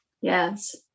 yes